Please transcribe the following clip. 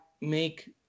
make